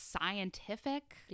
scientific